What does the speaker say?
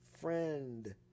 friend